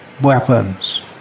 weapons